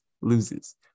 loses